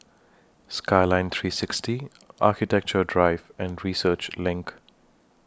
Skyline three sixty Architecture Drive and Research LINK